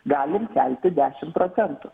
galim kelti dešimt procentų